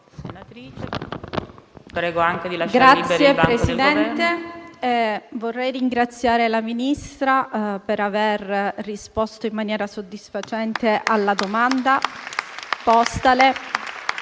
Signor Presidente, vorrei ringraziare il Ministro per aver risposto in maniera soddisfacente alla domanda postale.